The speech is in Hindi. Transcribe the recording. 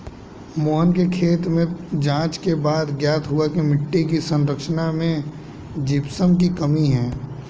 मोहन के खेत में जांच के बाद ज्ञात हुआ की मिट्टी की संरचना में जिप्सम की कमी है